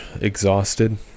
exhausted